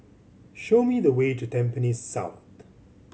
show me the way to Tampines South